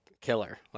killer